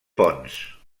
pons